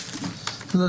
בוקר טוב כולם.